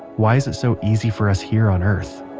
why is it so easy for us here on earth?